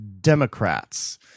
Democrats